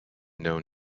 known